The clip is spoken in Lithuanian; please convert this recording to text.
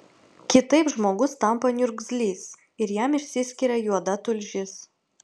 kitaip žmogus tampa niurgzlys ir jam išsiskiria juoda tulžis